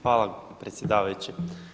Hvala predsjedavajući.